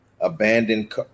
abandoned